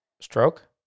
Stroke